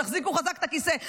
תחזיקו חזק את הכיסא,